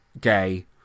gay